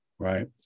Right